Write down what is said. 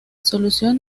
solución